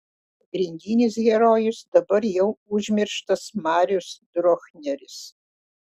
pagrindinis herojus dabar jau užmirštas marius drochneris